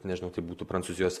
nežinau tai būtų prancūzijos